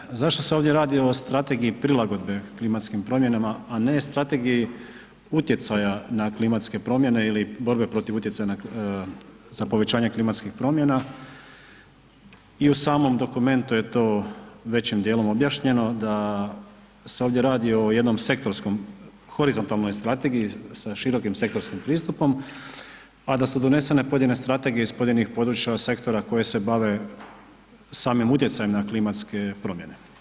Zašto je, zašto se ovdje radi o strategiji prilagodbe klimatskim promjenama, a ne strategiji utjecaja na klimatske promjene ili borbe protiv utjecaja za povećanje klimatskih promjena i u samom dokumentu je to većim dijelom objašnjeno da se ovdje radi o jednom sektorskom, horizontalnoj strategiji sa širokim sektorskim pristupom, a da su donesene pojedine strategije iz pojedinih područja sektora koje se bave samim utjecajem na klimatske promjene.